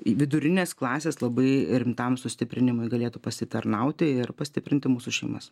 vidurinės klasės labai rimtam sustiprinimui galėtų pasitarnauti ir pastiprinti mūsų šeimas